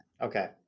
Okay